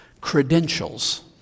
credentials